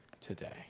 today